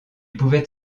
pouvait